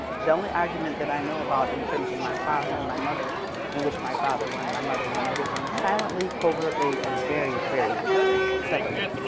the only argument that i know about in terms of my father and my mother in which my father won my mother won everything silently, covertly and very very cleverly